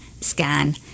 scan